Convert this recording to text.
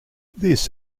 this